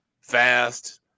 fast